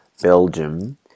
Belgium